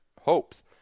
hopes